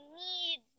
need